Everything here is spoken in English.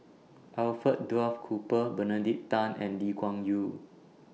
Alfred Duff Cooper Benedict Tan and Lee Kuan Yew